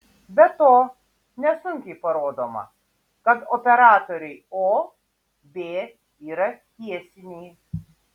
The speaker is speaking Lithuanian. be to nesunkiai parodoma kad operatoriai o b yra tiesiniai